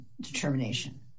determination